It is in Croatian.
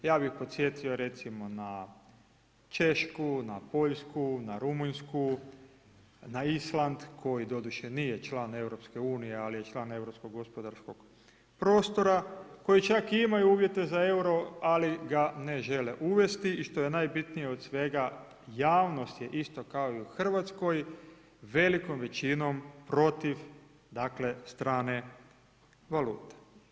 Ja bih podsjetio, recimo, na Češku, na Poljsku, na Rumunjsku, na Island koji doduše nije član EU, ali je član Europskog gospodarskog prostora, koji čak i imaju uvjete za EUR-o, ali ga ne žele uvesti i što je najbitnije od svega, javnost je isto kao i u RH velikom većinom protiv, dakle, strane valute.